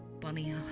bunny